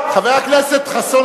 חבר הכנסת חסון,